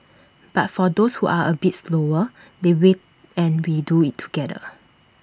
but for those who are A bit slower they wait and we do IT together